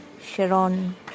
Sharon